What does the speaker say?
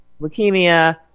leukemia